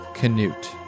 Canute